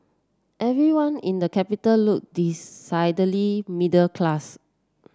everyone in the capital look decidedly middle class